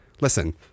listen